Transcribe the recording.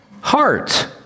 heart